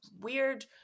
weird